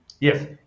yes